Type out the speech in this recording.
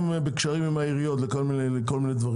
הם בקשרים עם העיריות בכל מיני דברים.